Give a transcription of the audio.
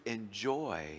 enjoy